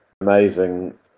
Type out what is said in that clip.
amazing